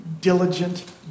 diligent